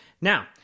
Now